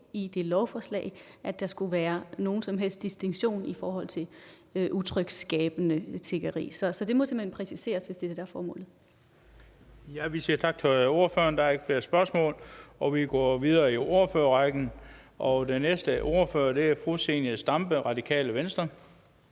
ikke i lovforslaget, at der skulle være nogen som helst distinktion i forhold til utryghedsskabende tiggeri. Så det må simpelt hen præciseres, hvis det er det, der er formålet. Kl. 13:20 Den fg. formand (Bent Bøgsted): Vi siger tak til ordføreren, da der ikke er flere spørgsmål. Vi går videre i ordførerrækken, og den næste ordfører er fru Zenia Stampe, Radikale Venstre.